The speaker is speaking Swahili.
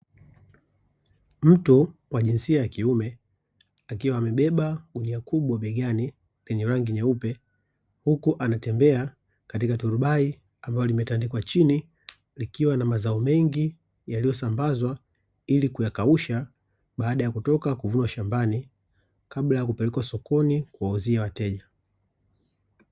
Mtu wa jinsia ya kiume akiwa amebeba gunia kubwa begani la rangi nyeupe, huku anatemea katika turubai likiwa limetandikwa chini likiwa na mazao mengi yaliyosambazwa, yakiwa yamekaushwa yakiwa yametoka shambani kabla ya kupeleka sokoni kwa wateja kwa ajili ya kuuza.